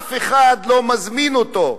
אף אחד לא מזמין אותו.